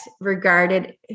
regarded